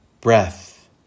breath